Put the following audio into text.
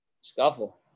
Scuffle